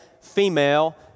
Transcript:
female